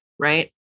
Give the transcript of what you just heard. right